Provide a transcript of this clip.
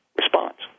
response